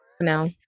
no